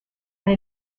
and